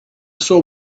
saw